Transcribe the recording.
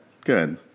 good